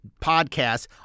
podcasts